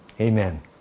Amen